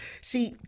see